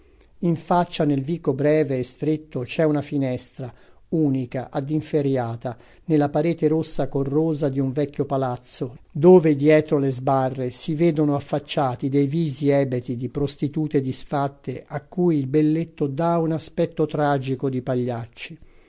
in faccia nel vico breve e stretto c'è una finestra unica ad inferriata nella parete rossa corrosa di un vecchio palazzo dove dietro le sbarre si vedono affacciati dei visi ebeti di prostitute disfatte a cui il belletto dà un aspetto tragico di pagliacci